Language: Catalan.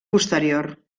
posterior